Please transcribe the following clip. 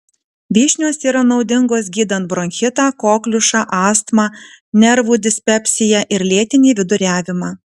vyšnios yra naudingos gydant bronchitą kokliušą astmą nervų dispepsiją ir lėtinį viduriavimą